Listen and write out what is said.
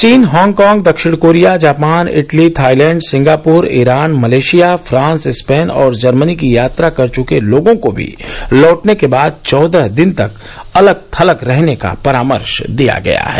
चीन हांगकांग दक्षिण Korea Japan Italy Thailand Singapore Iran Malaysia France Spain और Germany की यात्रा कर चुके लोगों को भी लौटने के बाद चौदह दिन तक अलंग थलग रहने का परामर्श दिया गया है